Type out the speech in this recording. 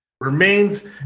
remains